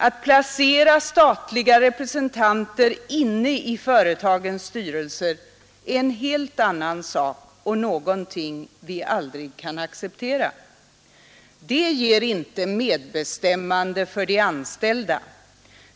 Att placera statliga representanter inne i företagens styrelser är en helt annan sak och någonting vi aldrig kan acceptera. Det ger inte medbestämmande för de anställda.